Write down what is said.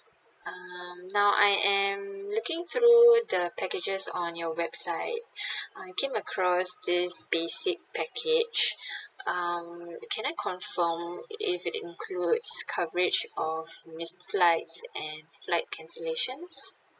um now I am looking through the packages on your website I came across this basic package um can I confirm if it includes coverage of missed flights and flight cancellations